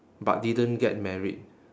but didn't get married